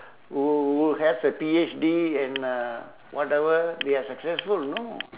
wh~ wh~ who has a P_H_D and uh whatever they are successful no